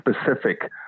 specific